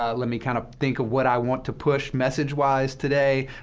ah let me kind of think what i want to push message-wise today.